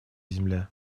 земля